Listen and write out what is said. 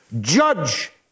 judge